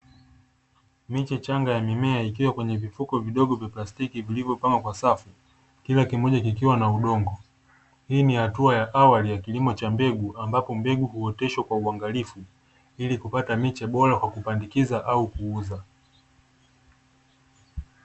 Miche changa ya mimea, ikiwa kwenye vifuko vidogo vya plastiki vilivyopangwa kwa safu kila kimoja kikiwa na udongo. Hii ni hatua ya awali ya kilimo cha mbegu, ambapo mbegu huoteshwa kwa uangalifu ili kupata miche bora wa kupandikiza au kuuza.